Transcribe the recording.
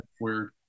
weird